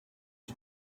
you